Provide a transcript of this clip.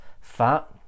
fat